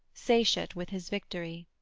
satiate with his victory.